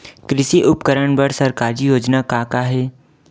कृषि उपकरण बर सरकारी योजना का का हे?